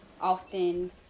often